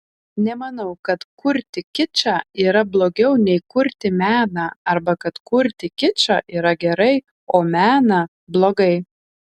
nemanau kad kurti kičą yra blogiau nei kurti meną arba kad kurti kičą yra gerai o meną blogai